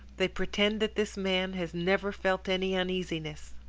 they pretend that this man has never felt any uneasiness.